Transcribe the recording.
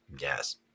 Yes